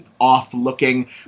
off-looking